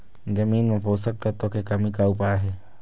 जमीन म पोषकतत्व के कमी का उपाय हे?